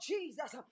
Jesus